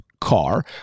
car